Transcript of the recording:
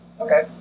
Okay